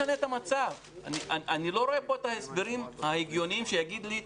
אני לא רואה את ההסברים ההגיוניים שיגידו לי,